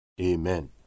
amen